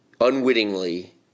unwittingly